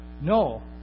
no